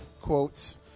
quotes